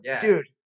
Dude